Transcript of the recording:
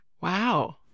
Wow